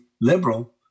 liberal